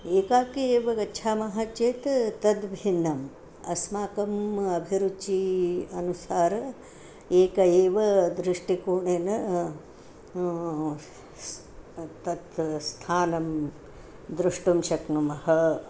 एकाकी एव गच्छामः चेत् तद्भिन्नम् अस्माकम् अभिरुचिम् अनुसारम् एकेन एव दृष्टिकोणेन तत् स्थानं द्रष्टुं शक्नुमः